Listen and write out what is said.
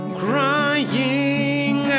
crying